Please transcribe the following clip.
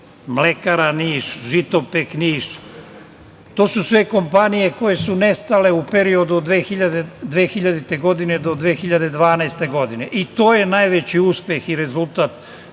„Mlekara“ Niš, „Žitopek“ Niš, to su sve kompanije koje su nestale u periodu od 2000. godine do 2012. godine i to je najveći uspeh i rezultat